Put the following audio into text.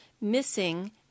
missing